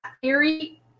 theory